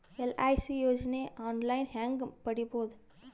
LIC ಯೋಜನೆ online ಹೇಂಗ ಪಡಿಬಹುದು?